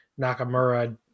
nakamura